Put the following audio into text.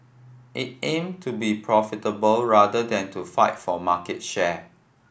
it aim to be profitable rather than to fight for market share